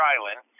Island